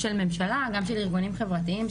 הממשלה, גם של ארגונים חברתיים.